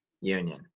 union